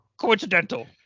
coincidental